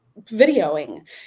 videoing